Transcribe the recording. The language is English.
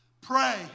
pray